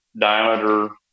diameter